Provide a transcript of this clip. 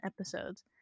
episodes